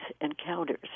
encounters